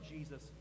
Jesus